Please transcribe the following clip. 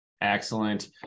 Excellent